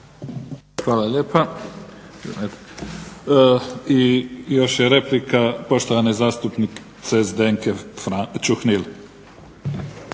Hvala lijepa. I još je replika poštovane zastupnice Zdenke Čuhnil.